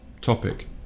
topic